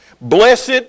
Blessed